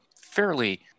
fairly